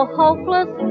hopeless